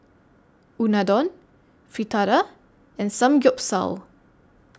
Unadon Fritada and Samgyeopsal